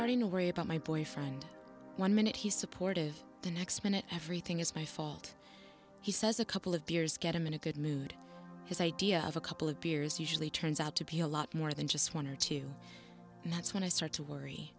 you my boyfriend one minute he's supportive the next minute everything is my fault he says a couple of beers get him in a good mood his idea of a couple of beers usually turns out to be a lot more than just one or two and that's when i start to worry